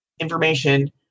information